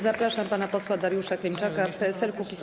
Zapraszam pana posła Dariusza Klimczaka, PSL - Kukiz15.